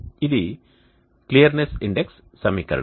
ఇది clearness index సమీకరణం